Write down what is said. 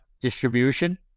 distribution